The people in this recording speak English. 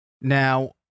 Now